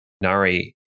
Nari